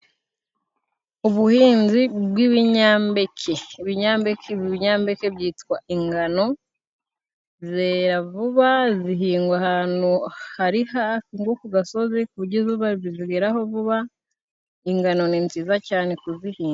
Ubuhinzi bw'ibinyambeke ibi binyambeke byitwa ingano, zera vuba zihingwa ahantu hari hafi nko ku gasozi ku buryo izuba rizigeraho vuba, ingano ni nziza cyane kuzihinga.